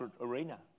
arena